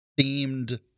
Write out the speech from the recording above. themed